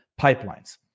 pipelines